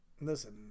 Listen